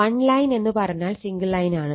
one line എന്ന് പറഞ്ഞാൽ single ലൈനാണ്